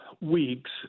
weeks